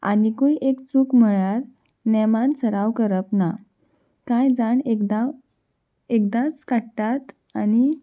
आनीकूय एक चूक म्हळ्यार नेमान सराव करप ना कांय जाण एकदां एकदांच काडटात आनी